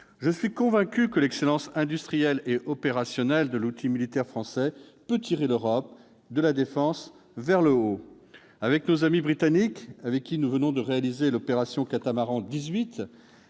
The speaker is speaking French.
Je suis convaincu que l'excellence industrielle et opérationnelle de l'outil militaire français peut tirer l'Europe de la défense vers le haut. Avec nos amis Britanniques, avec lesquels nous venons de réaliser l'opération Catamaran 18,